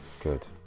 Good